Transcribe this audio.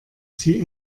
sie